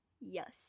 Yes